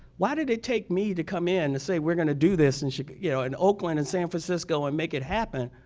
why did it take me to come in and say we're going to do this and in you know and oakland and san francisco and make it happen.